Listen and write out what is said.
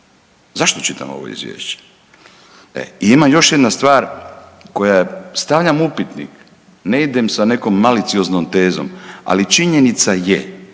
Zašto čitamo ovo izvješće? E, ima još jedna stvar koja je, stavljam upitnik, ne idem sa nekom malicioznom tezom ali činjenica je,